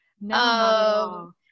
no